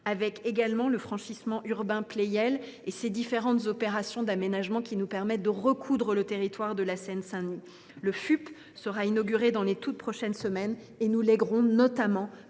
des athlètes au franchissement urbain Pleyel, le FUP, les différentes opérations d’aménagement nous permettent de « recoudre » le territoire de la Seine Saint Denis. Le FUP sera inauguré dans les toutes prochaines semaines, et nous léguerons 19 bassins